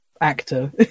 actor